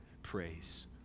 praise